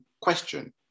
question